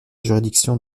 juridiction